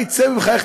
מה יצא ממך?